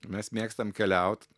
mes mėgstam keliaut